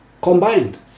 combined